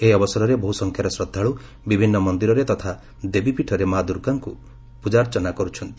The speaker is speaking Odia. ଏହି ଅବସରରେ ବହୁ ସଂଖ୍ୟାରେ ଶ୍ରଦ୍ଧାଳୁ ବିଭିନ୍ନ ମନ୍ଦିରରେ ତଥା ଦେବୀପୀଠରେ ମା' ଦୁର୍ଗାଙ୍କ ପୂଜାର୍ଚ୍ଚନା କରୁଛନ୍ତି